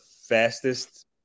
fastest